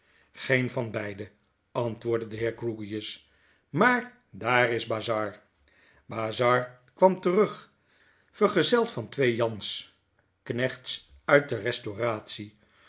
geen van beiden antwoordde de heer grewgious maar daar is bazzard bazzard kwam terug vergezeld van twee jans knechts uit de restauratie